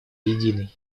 единой